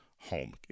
home